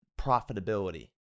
profitability